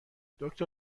دکتر